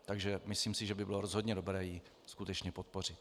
Takže myslím si, že by bylo rozhodně dobré ji skutečně podpořit.